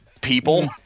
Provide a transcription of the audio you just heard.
people